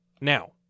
Now